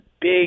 big